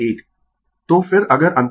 तो फिर अगर अंतर लें तो यह भाग 45 3961 होगा